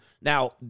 Now